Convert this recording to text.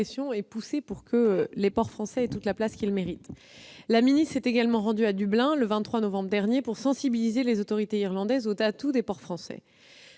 pression pour que les ports français aient toute la place qu'ils méritent ! La ministre s'est également rendue à Dublin, le 23 novembre dernier, pour sensibiliser les autorités irlandaises aux atouts des ports français.